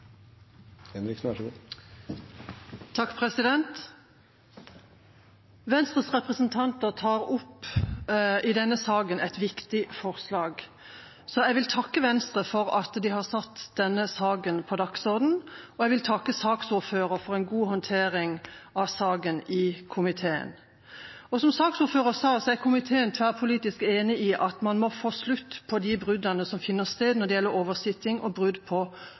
Venstres representanter tar i denne saken opp et viktig forslag, så jeg vil takke Venstre for at de har satt denne saken på dagsordenen, og jeg vil takke saksordføreren for en god håndtering av saken i komiteen. Som saksordføreren sa, er man i komiteen tverrpolitisk enig om at man må få slutt på de bruddene som finner sted når det gjelder oversitting og brudd på